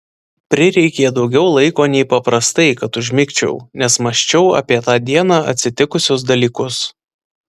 prireikė daugiau laiko nei paprastai kad užmigčiau nes mąsčiau apie tą dieną atsitikusius dalykus